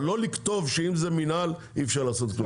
אבל לא לכתוב שאם זה מינהל אי אפשר לעשות כלום.